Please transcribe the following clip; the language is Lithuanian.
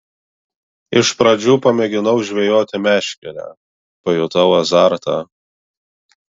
iš pradžių pamėginau žvejoti meškere pajutau azartą